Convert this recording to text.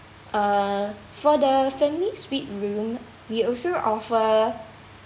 uh for the family suite room we also offer